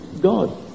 God